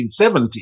1970